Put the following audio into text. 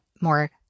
more